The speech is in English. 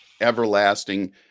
everlasting